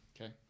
Okay